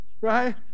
right